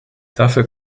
dafür